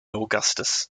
augustus